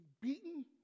beaten